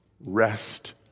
rest